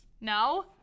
No